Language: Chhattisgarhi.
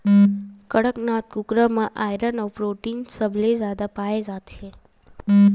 कड़कनाथ कुकरा म आयरन अउ प्रोटीन सबले जादा पाए जाथे